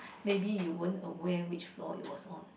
maybe you weren't aware which floor it was on